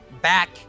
back